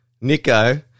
Nico